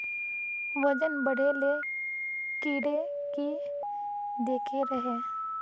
वजन बढे ले कीड़े की देके रहे?